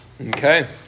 Okay